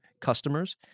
customers